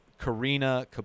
Karina